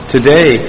Today